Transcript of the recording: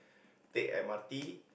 take M_R_